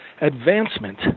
advancement